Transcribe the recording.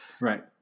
Right